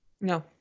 No